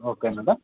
okay madam